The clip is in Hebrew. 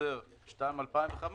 בחוזר 2/2015,